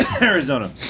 Arizona